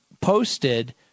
posted